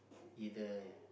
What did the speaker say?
either